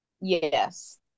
Yes